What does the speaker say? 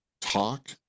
talk